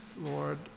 Lord